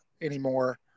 anymore